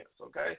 okay